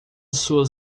sua